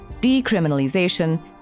decriminalization